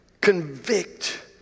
convict